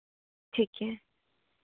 ठीक है